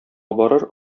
барыр